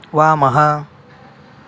वामः